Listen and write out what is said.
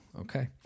okay